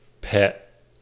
pet